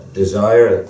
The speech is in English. desire